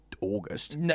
August